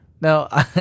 no